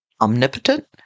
omnipotent